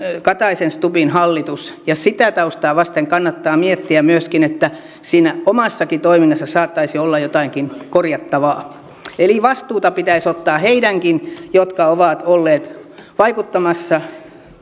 kataisen stubbin hallitus ja sitä taustaa vasten kannattaa miettiä myöskin että siinä omassakin toiminnassa saattaisi olla jotakin korjattavaa eli vastuuta pitäisi ottaa heidänkin jotka ovat olleet vaikuttamassa